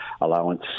allowance